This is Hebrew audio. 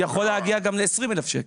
יכול להגיע גם ל-20,000 שקלים.